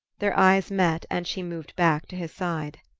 their eyes met and she moved back to his side.